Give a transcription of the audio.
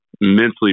mentally